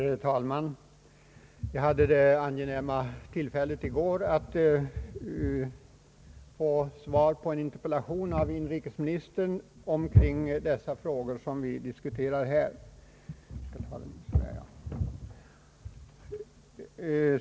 Herr talman! Jag hade i går det angenäma tillfället att av inrikesministern få svar på en interpellation omkring de frågor som vi diskuterar här i dag.